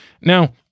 Now